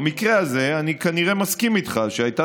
במקרה הזה אני כנראה מסכים איתך שהייתה